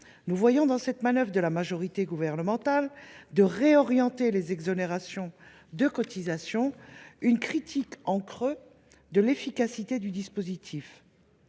Nous voyons dans cette manœuvre de la majorité gouvernementale tendant à réorienter les exonérations de cotisations une critique en creux de l’efficacité du dispositif.